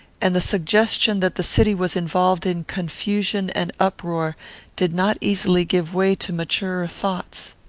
and the suggestion that the city was involved in confusion and uproar did not easily give way to maturer thoughts.